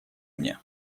мне